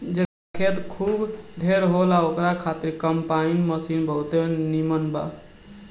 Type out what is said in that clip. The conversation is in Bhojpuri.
जेकरा खेत खूब ढेर होला ओकरा खातिर कम्पाईन मशीन बहुते नीमन बा